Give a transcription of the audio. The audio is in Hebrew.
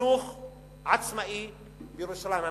חינוך עצמאי בירושלים המזרחית.